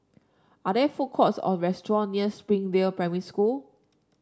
are there food courts or restaurant near Springdale Primary School